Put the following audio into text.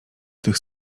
tych